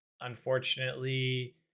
unfortunately